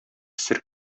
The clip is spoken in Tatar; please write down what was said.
сер